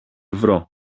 βρω